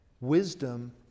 Wisdom